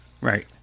Right